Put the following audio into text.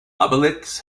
obelix